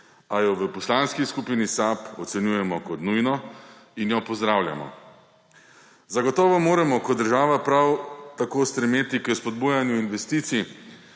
a jo v Poslanski skupini SAB ocenjujemo kot nujno in jo pozdravljamo. Zagotovo moramo kot država prav tako stremeti k spodbujanju investicij,